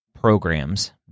programs